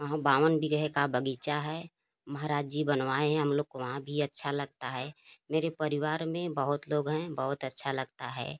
वहाँ बावन बीघे का बगीचा है महाराज जी बनवाए हैं हम लोग को वहाँ भी अच्छा लगता है मेरे परिवार में बहुत लोग हैं बहुत अच्छा लगता है